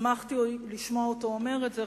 שמחתי לשמוע אותו אומר את זה,